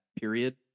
period